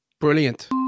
brilliant